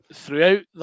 throughout